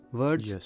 words